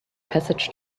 passage